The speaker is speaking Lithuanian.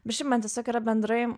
bet šiaip man tiesiog yra bendrai